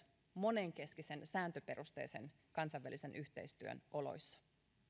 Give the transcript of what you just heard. monenkeskisen sääntöperusteisen kansainvälisen yhteistyön oloissa